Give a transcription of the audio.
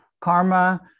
Karma